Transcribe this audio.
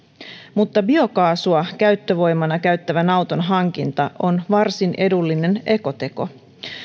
mutta biokaasua käyttövoimana käyttävän auton hankinta on varsin edullinen ekoteko